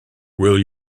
will